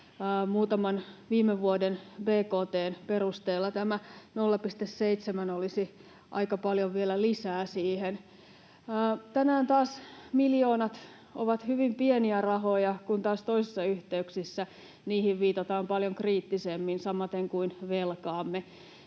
muutaman viime vuoden bkt:n perusteella tämä 0,7 olisi aika paljon vielä lisää siihen. Tänään taas miljoonat ovat hyvin pieniä rahoja, kun taas toisissa yhteyksissä niihin viitataan paljon kriittisemmin, samaten kuin velkaamme.